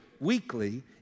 weekly